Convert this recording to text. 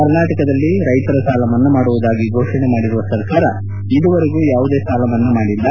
ಕರ್ನಾಟಕದಲ್ಲಿ ರೈತರ ಸಾಲಮನ್ನಾ ಮಾಡುವುದಾಗಿ ಘೋಷಣೆ ಮಾಡಿರುವ ಸರ್ಕಾರ ಇದುವರೆಗೂ ಯಾವುದೇ ಸಾಲವನ್ನು ಮನ್ನಾ ಮಾಡಿಲ್ಲ